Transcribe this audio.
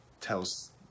tells